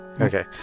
Okay